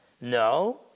No